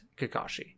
Kakashi